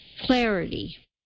clarity